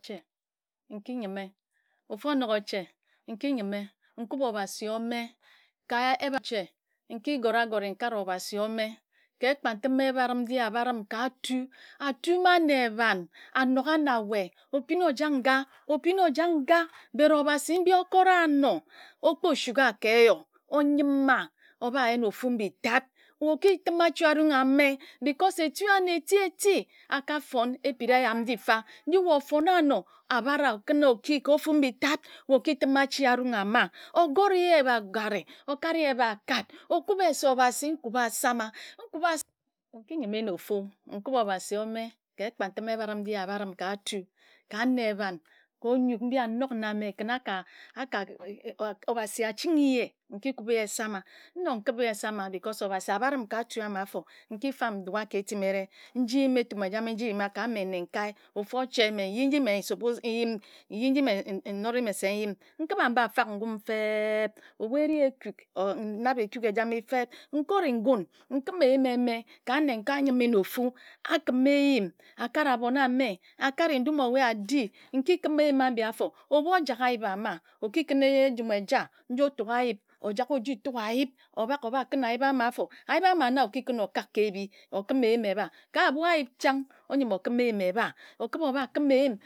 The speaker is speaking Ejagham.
Ofu oche nkiyime ofu onok nkiyime nkub obasi one ka ebache nkigora agore nkare obasi ome ke akpa tin ebarim nji abarim ka atu atu mma ne eban anok a na wae okpina ojak nga okpina ojak nga bere obasi mbi okora ammor okpor suka ke eyo oyima obayin ofu mbitad okitim achi arung ame because etu amne eti eti akafon epiri eyam nji mfa nji wae ofon anor abara okun oki kor ofu mbitad wae okitim achi arung ama ogori ye ba agore okari ye ba akard okube se obasi ome ka ekpatim ebarim nji abarim ka atu ka nne eban ka onyuk mbi anok na mme kin aka aka obasi achinghi ye nkikub ye sama nnok nkub ye sama because obasi abrim ka atu amafor nkifab ndua ke etime ere nji yim etum ejama nji nyima ka mme nekae ofu ache mme nyim nji suppose nyim nyim nji mme se nnore se nyin nkiba mba fak ngaum feb. ebu ere ekuk nnabe ekuk ejame feb nkori ngam nkim eyim ejime nji nnekae ayimi nor ofu akima eyim akara abon ame akare ndum owae adi nkikim eyim aji afor ngo ojak ayip ama okikun ejume eja nji otuk ayip ojak ojituk ayipobak obakim ayip ama afor ayip ama na oki kun okak ke ebi okim eyim eba ka ebu ayip chang oyime ekim eyim eja okiba oba kim eyim